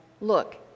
Look